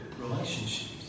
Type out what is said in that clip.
relationships